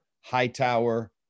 Hightower